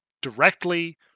directly